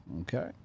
okay